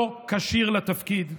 לא כשיר לתפקיד.